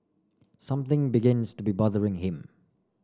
something begins to be bothering him